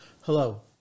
Hello